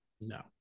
No